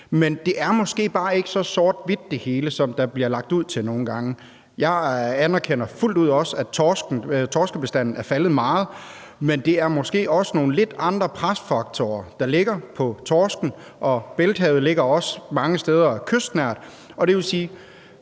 Men det hele er måske bare ikke så sort-hvidt, som der bliver lagt op til nogle gange. Jeg anerkender fuldt ud, at torskebestanden er faldet meget, men det er måske også nogle lidt andre presfaktorer, der ligger på torsken, og bælthavet ligger også mange steder kystnært. Det vil sige,